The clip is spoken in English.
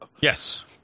Yes